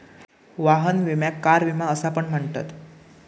वाहन विम्याक कार विमा असा पण म्हणतत